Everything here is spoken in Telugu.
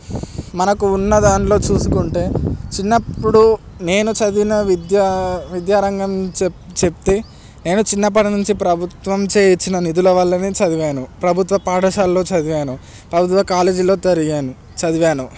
మనకు ఉన్నదాంట్లో చూసుకుంటే చిన్నప్పుడు నేను చదివిన విద్యా విద్యారంగం చె చెప్తే నేను చిన్నప్పటి నుంచి ప్రభుత్వంచే ఇచ్చిన నిధుల వల్లనే చదివాను ప్రభుత్వ పాఠశాలలో చదివాను ప్రభుత్వ కాలేజీలో తొరిగాను చదివాను